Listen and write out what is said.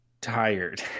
tired